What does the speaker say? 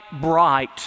bright